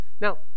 Now